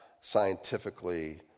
scientifically